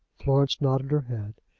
florence nodded her head.